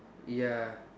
ya